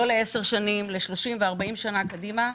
לא לעשר שנים ל-30 ול-40 שנה קדימה.